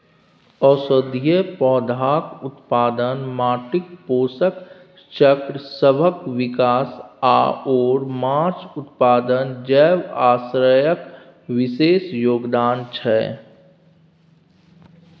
औषधीय पौधाक उत्पादन, माटिक पोषक चक्रसभक विकास आओर माछ उत्पादन जैव आश्रयक विशेष योगदान छै